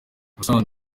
musanze